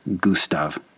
Gustav